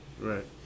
Right